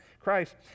Christ